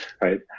Right